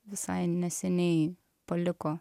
visai neseniai paliko